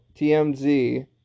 tmz